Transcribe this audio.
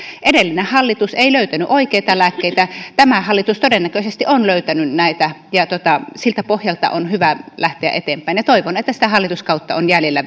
edellinen hallitus ei löytänyt oikeita lääkkeitä tämä hallitus todennäköisesti on löytänyt näitä ja siltä pohjalta on hyvä lähteä eteenpäin toivon että sitä hallituskautta on jäljellä